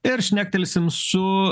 ir šnektelsim su